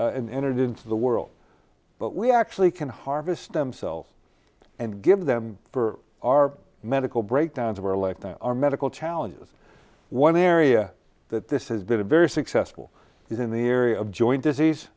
and entered into the world but we actually can harvest stem cells and give them for our medical breakdowns of our electorate our medical challenges one area that this has been a very successful is in the area of joint disease